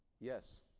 Yes